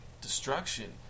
destruction